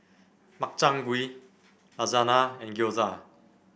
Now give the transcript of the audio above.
Makchang Gui Lasagna and Gyoza